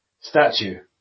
statue